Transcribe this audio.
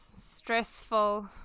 stressful